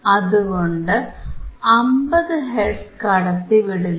അതുകൊണ്ട് 50 ഹെർട്സ് കടത്തിവിടില്ല